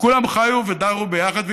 וכולם חיו ודרו ביחד.